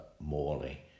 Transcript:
Morley